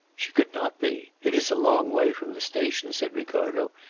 she could not be. it is a long way from the station, said ricardo,